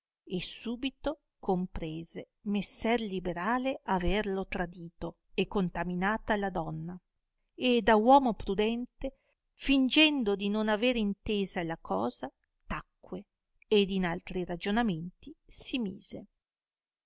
e subito comprese messer liberale averlo tradito e contaminata la donna e da uomo prudente fingendo di non aver intesa la cosa tacque e in altri ragionamenti si mise